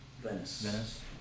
Venice